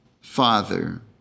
Father